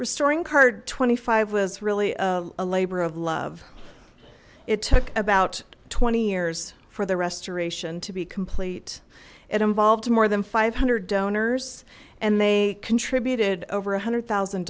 restoring card twenty five was really a labor of love it took about twenty years for the restoration to be complete it involved more than five hundred donors and they contributed over one hundred thousand